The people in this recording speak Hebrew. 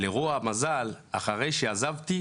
לרוע המזל, אחרי שעזבתי